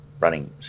running